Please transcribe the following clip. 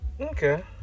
Okay